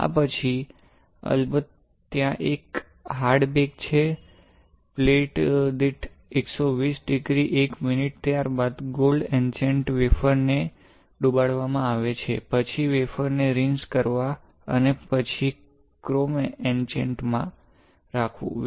આ પછી અલબત ત્યાં એક હર્ડ બેક છે પ્લેટ દીઠ 120 ડિગ્રી 1 મિનિટ ત્યારબાદ ગોલ્ડ ઇચેન્ટમાં વેફર ને ડૂબાડવામા આવે છે પછી વેફર ને રીંઝ કરવા અને પછી ક્રોમ ઇચેન્ટમાં રાખવું